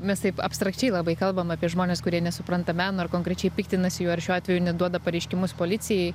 mes taip abstrakčiai labai kalbam apie žmones kurie nesupranta meno ir konkrečiai piktinasi juo ir šiuo atveju net duoda pareiškimus policijai